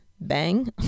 bang